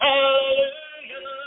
Hallelujah